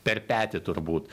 per petį turbūt